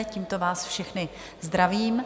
Tímto vás všechny zdravím.